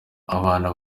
abana